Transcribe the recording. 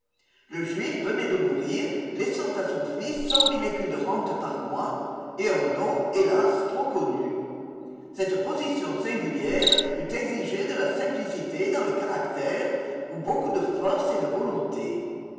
le juif venait de mourir laissant à son fils cent mille écus de rente par mois et un nom hélas trop connu cette position singulière eût exigé de la simplicité dans le caractère ou beaucoup de force de volonté